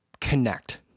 connect